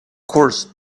course